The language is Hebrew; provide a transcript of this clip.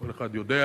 כל אחד יודע.